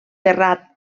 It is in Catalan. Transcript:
terrat